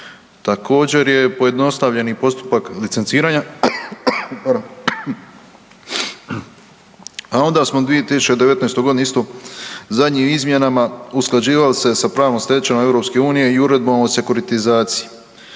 Također je pojednostavljen i postupak licenciranja, a onda smo u 2019.g. isto zadnjim izmjenama usklađivali se sa pravnom stečevinom EU i uredbom o sekuritizaciju.